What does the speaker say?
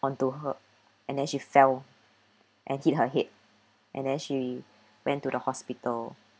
onto her and then she fell and hit her head and then she went to the hospital